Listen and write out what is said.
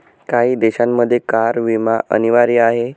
काही देशांमध्ये कार विमा अनिवार्य आहे